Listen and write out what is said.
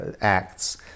acts